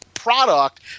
Product